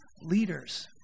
leaders